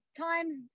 times